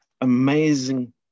amazing